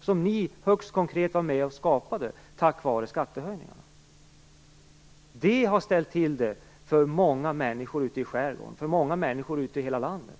som ni högst konkret var med och skapade genom skattehöjningar. Det har ställt till det för många människor ute i skärgården och i hela landet.